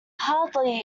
hardly